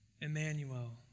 Emmanuel